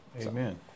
Amen